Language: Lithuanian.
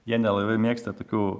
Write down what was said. jie nelabai mėgsta tokių